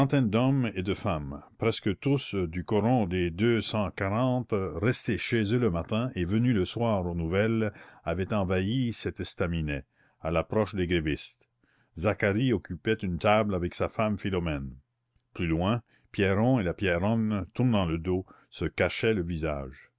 et de femmes presque tous du coron des deux cent quarante restés chez eux le matin et venus le soir aux nouvelles avaient envahi cet estaminet à l'approche des grévistes zacharie occupait une table avec sa femme philomène plus loin pierron et la pierronne tournant le dos se cachaient le visage